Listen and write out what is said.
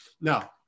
Now